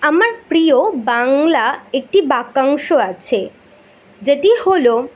আমার প্রিয় বাংলা একটি বাক্যাংশ আছে যেটি হল